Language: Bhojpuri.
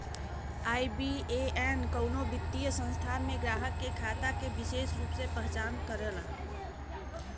आई.बी.ए.एन कउनो वित्तीय संस्थान में ग्राहक के खाता के विसेष रूप से पहचान करला